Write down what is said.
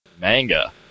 Manga